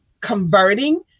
converting